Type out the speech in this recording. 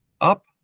up